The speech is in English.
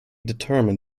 determined